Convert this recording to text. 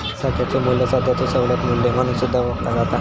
सध्याचो मू्ल्य सध्याचो सवलत मू्ल्य म्हणून सुद्धा ओळखला जाता